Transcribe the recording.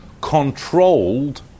controlled